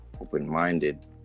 open-minded